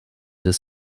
des